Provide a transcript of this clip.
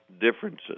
differences